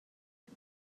and